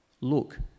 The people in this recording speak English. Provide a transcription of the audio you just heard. Look